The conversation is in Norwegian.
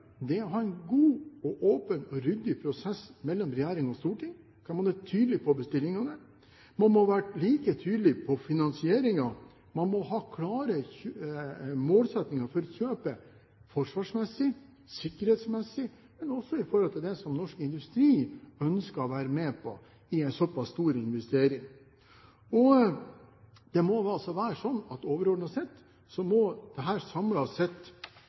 å ha en god og åpen og ryddig prosess mellom regjering og storting, der man er tydelig på bestillingene. Man må være like tydelig på finansieringen, man må ha klare målsettinger for kjøpet forsvarsmessig, sikkerhetsmessig, men også i forhold til det som norsk industri ønsker å være med på i en såpass stor investering. Det må også være sånn at overordnet sett, samlet sett, må dette gjøre det